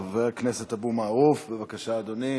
בבקשה, חבר הכנסת אבו מערוף, בבקשה, אדוני.